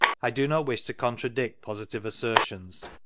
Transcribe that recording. i do not wish to contradict positive assertions.